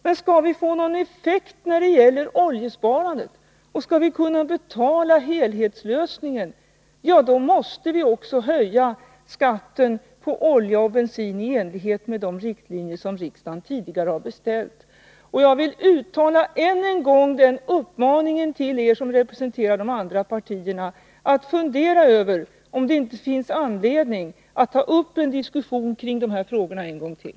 Men skall vi få någon effekt när det gäller oljesparandet och skall vi kunna betala helhetslösningen, då måste vi också höja skatten på olja och bensin i enlighet med de riktlinjer som riksdagen tidigare har beställt. Jag vill återigen uttala uppmaningen till er som representerar de andra partierna att fundera över om det inte finns anledning att ta upp en diskussion kring dessa frågor ytterligare en gång.